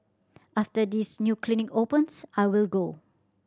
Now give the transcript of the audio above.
after this new clinic opens I will go